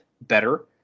better